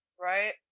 right